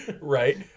Right